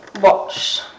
watch